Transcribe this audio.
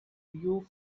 you